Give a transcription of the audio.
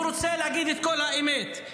הוא רוצה להגיד את כל האמת,